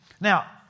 Now